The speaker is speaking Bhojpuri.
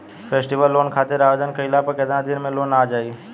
फेस्टीवल लोन खातिर आवेदन कईला पर केतना दिन मे लोन आ जाई?